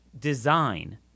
design